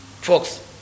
folks